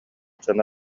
дьоно